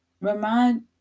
remind